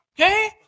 okay